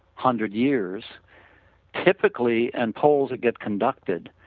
hundred years typically and polls get conducted,